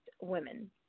women